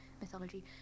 mythology